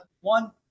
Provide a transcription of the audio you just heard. One